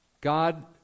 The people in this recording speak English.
God